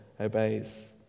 obeys